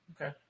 Okay